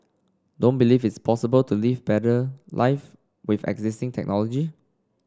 don't believe it's possible to live better life with existing technology